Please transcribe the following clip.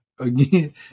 Again